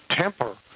temper